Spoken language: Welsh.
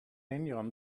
union